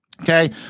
okay